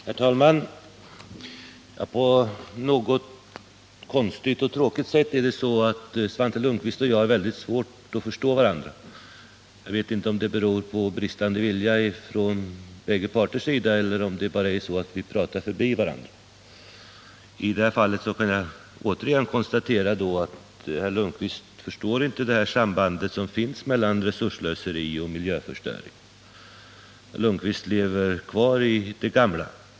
Herr talman! På något konstigt och tråkigt sätt är det så att Svante Lundkvist och jag har väldigt svårt att förstå varandra. Jag vet inte om det beror på bristande vilja från bägge parter eller om vi helt enkelt pratar förbi varandra. Jag kan återigen konstatera att herr Lundkvist inte förstår sambandet mellan resursslöseri och miljöförstöring. Han lever kvar i det gamla.